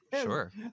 sure